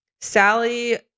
Sally